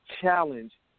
challenge